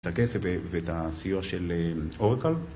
את הכסף ואת הסיוע של אורקל